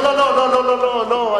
לא, לא, לא, לא.